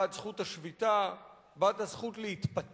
בעד זכות השביתה, בעד הזכות להתפטר.